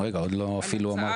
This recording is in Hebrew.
על הצעת חוק --- עוד לא אפילו אמרתי